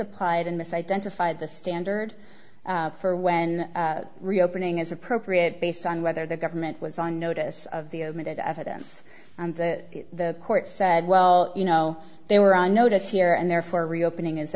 applied and mis identified the standard for when reopening is appropriate based on whether the government was on notice of the omitted evidence that the court said well you know they were on notice here and therefore reopening is